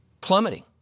Plummeting